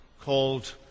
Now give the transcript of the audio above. called